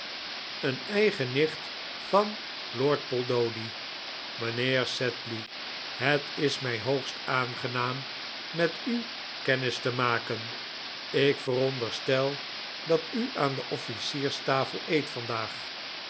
een eigen nicht van lord poldoody mijnheer sedley het is mij hoogst aangenaam met u kennis te maken ik veronderstel dat u aan de offlcierstafel eet vandaag